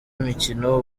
imikino